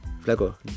Flaco